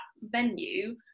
venue